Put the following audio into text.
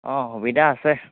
অঁ সুবিধা আছে